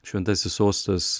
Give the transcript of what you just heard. šventasis sostas